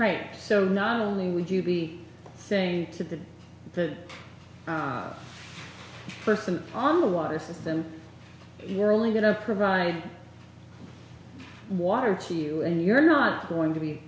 right so not only would you be saying to the person on the water system you're only going to provide water to you and you're not going to